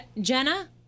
Jenna